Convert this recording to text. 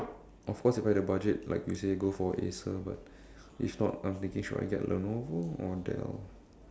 of course if I had the budget like you say go for Acer but if not I'm thinking should I get Lenovo or Dell